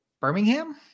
birmingham